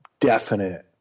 definite